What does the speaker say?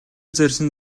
зорьсон